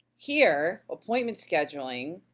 here, appointment scheduling,